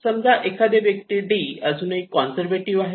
समजा एखादा व्यक्ती ' डी' अजूनही काँझर्व्हेटिव्ह आहे